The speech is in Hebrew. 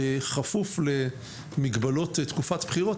בכפוף למגבלות תקופת בחירות,